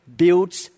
builds